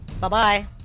Bye-bye